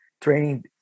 training